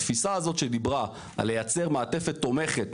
התפיסה הזאת שדיברה על לייצר מעטפת תומכת,